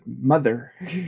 mother